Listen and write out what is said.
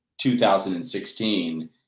2016